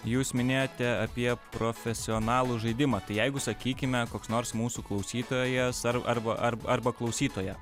jūs minėjote apie profesionalų žaidimą tai jeigu sakykime koks nors mūsų klausytojas ar arba ar arba klausytoja